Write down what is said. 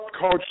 Coach